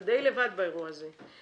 אתה די לבד באירוע הזה.